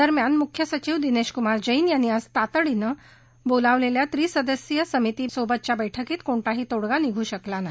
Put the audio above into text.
दरम्यान मुख्य सचिव दिनेश कुमार जैन यांनी आज सकाळी तातडीनं बोलावलेल्या त्रिसदस्यीय समिती सोबतच्या बैठकीत कोणताही तोडगा निघू शकला नाही